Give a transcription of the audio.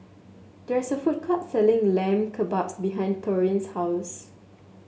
there is a food court selling Lamb Kebabs behind Taurean's house